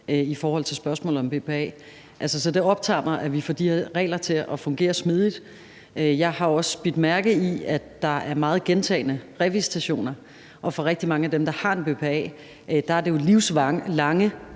i forhold til spørgsmålet om BPA. Så det optager mig, at vi får de her regler til at fungere smidigt. Jeg har også bidt mærke i, at der er mange gentagne revisitationer, og for rigtig mange af dem, der har en BPA-ordning, er det jo livslange,